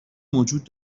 موجود